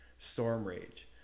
Stormrage